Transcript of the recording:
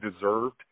deserved